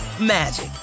magic